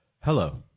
Hello